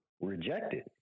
rejected